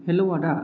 हेल' औ आदा